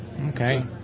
Okay